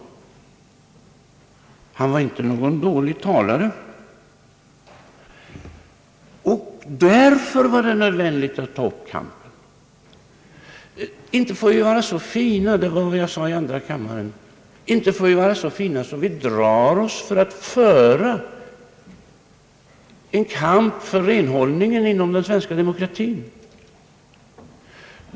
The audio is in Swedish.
Han var inte alls någon dålig talare! Därför var det nödvändigt att ta upp kampen. Inte får vi vara så fina — det var vad jag sade i andra kammaren — att vi drar oss för att föra en kamp för renhållningen inom den svenska demokratin.